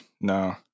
No